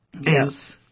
Yes